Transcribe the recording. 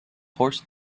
horse